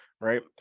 right